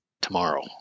tomorrow